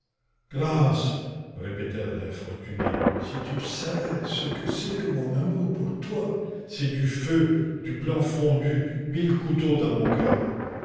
grâce répétait l'infortuné si tu savais ce que c'est que mon amour pour toi c'est du feu du plomb fondu mille couteaux dans mon coeur